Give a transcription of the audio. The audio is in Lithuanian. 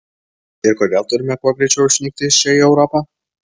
ir kodėl turime kuo greičiau išnykti iš čia į europą